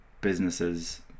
businesses